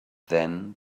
then